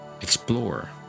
Explore